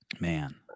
Man